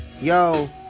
Yo